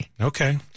Okay